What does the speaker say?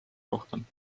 rohkem